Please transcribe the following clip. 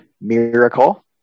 Miracle